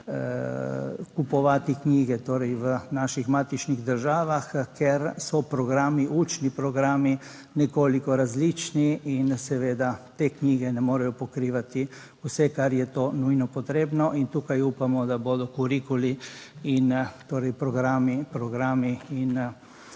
kupovati, knjige torej v naših matičnih državah, ker so programi, učni programi nekoliko različni in seveda te knjige ne morejo pokrivati vse kar je to nujno potrebno in tukaj upamo, da bodo kurikuli in torej